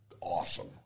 Awesome